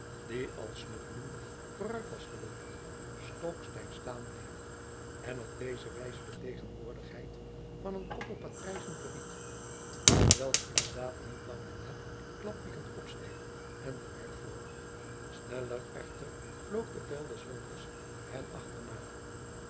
die al snuffelende vooruit was gelopen stokstijf staan bleef en op deze wijze de tegenwoordigheid van een koppel patrijzen verried hetwelk in de daad niet lang daarna klapwiekend opsteeg en vooruitvloog sneller echter vloog de pijl des jonkers het achterna